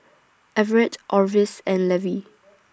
Everet Orvis and Levy